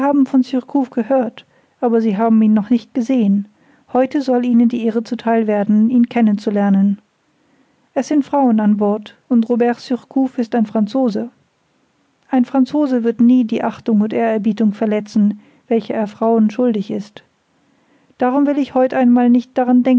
von surcouf gehört aber sie haben ihn noch nicht gesehen heut soll ihnen die ehre zu theil werden ihn kennen zu lernen es sind frauen an bord und robert surcouf ist ein franzose ein franzose wird nie die achtung und ehrerbietung verletzen welche er frauen schuldig ist darum will ich heut einmal nicht daran